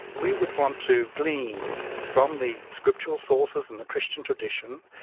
we would want to glean from the scriptural sources and the christian tradition,